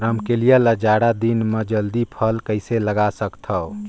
रमकलिया ल जाड़ा दिन म जल्दी फल कइसे लगा सकथव?